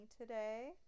today